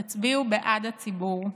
תצביעו בעד הציבור,